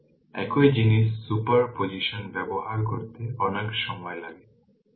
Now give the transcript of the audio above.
সুতরাং এবং তারপর শর্ট সার্কিট কারেন্ট iSC খুঁজে বের করতে হবে যা কিছুই নয় কিন্তু iNorton এবং R নর্টনের জন্য r R2 একই